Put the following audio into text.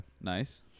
Nice